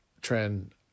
trend